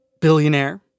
billionaire